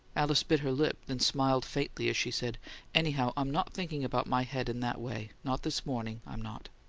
alice bit her lip, then smiled faintly as she said anyhow, i'm not thinking about my head in that way not this morning, i'm not.